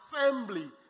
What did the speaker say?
assembly